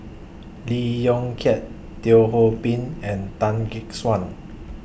Lee Yong Kiat Teo Ho Pin and Tan Gek Suan